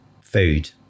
food